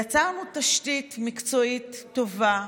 יצרנו תשתית מקצועית טובה.